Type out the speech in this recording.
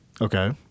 okay